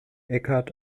eckhart